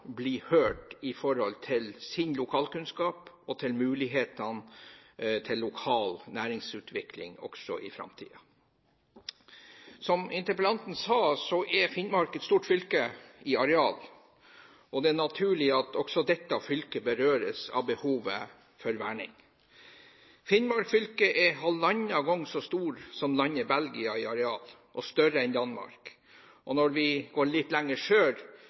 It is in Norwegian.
bli hørt i forhold til sin lokalkunnskap og mulighetene til lokal næringsutvikling, også i framtiden. Som interpellanten sa, er Finnmark et stort fylke i areal, og det er naturlig at også dette fylket berøres av behovet for verning. Finnmark fylke er halvannen gang så stort som landet Belgia i areal og større enn Danmark. Når vi går litt lenger